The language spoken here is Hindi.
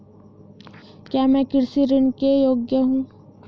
क्या मैं कृषि ऋण के योग्य हूँ?